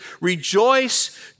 rejoice